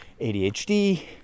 ADHD